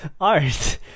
Art